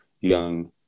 Young